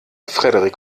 frederik